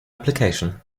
application